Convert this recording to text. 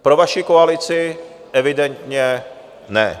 Pro vaši koalici evidentně ne.